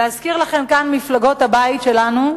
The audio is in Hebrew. להזכיר לכם כאן, מפלגות הבית שלנו,